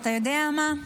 אתה יודע מה?